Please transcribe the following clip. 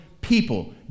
people